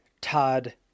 Todd